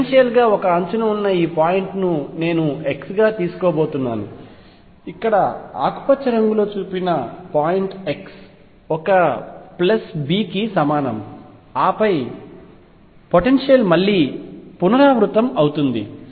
potential గా ఒక అంచున ఉన్న ఈ పాయింట్ నేను x గా తీసుకోబోతున్నాను ఇక్కడ ఆకుపచ్చ రంగులో చూపిన పాయింట్ x ఒక ప్లస్ b కి సమానం ఆపై పొటెన్షియల్ మళ్ళీ పునరావృతమవుతుంది